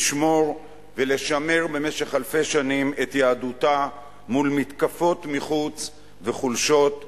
לשמור ולשמר במשך אלפי שנים את יהדותה מול מתקפות מחוץ וחולשות מבית.